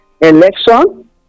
election